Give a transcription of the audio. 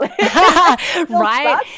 Right